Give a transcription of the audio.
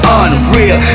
unreal